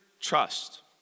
Trust